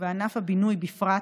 ובענף הבינוי בפרט,